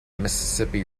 mississippi